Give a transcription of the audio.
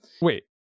Wait